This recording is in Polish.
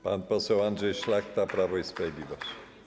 Pan poseł Andrzej Szlachta, Prawo i Sprawiedliwość.